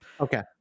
okay